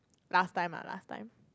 last time lah last time